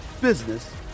business